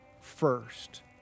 first